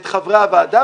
את חברי הוועדה,